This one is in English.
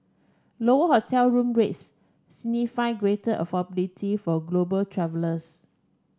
lower hotel room rates signify greater affordability for global travellers